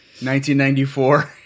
1994